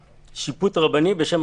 שנים.